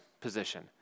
position